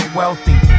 wealthy